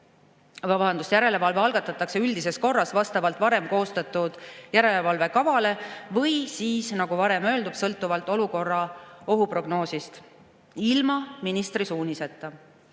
õigusest. Järelevalve algatatakse üldises korras, vastavalt varem koostatud järelevalvekavale või siis, nagu varem öeldud, sõltuvalt olukorra ohuprognoosist, ilma ministri suunisteta.